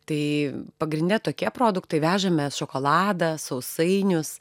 tai pagrinde tokie produktai vežame šokoladą sausainius